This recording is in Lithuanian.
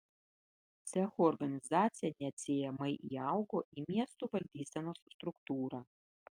cechų organizacija neatsiejamai įaugo į miestų valdysenos struktūrą